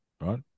right